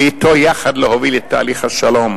ואתו יחד להוביל את תהליך השלום.